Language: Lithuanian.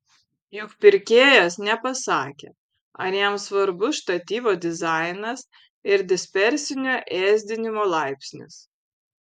juk pirkėjas nepasakė ar jam svarbus štatyvo dizainas ir dispersinio ėsdinimo laipsnis